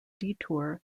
detour